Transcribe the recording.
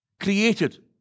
created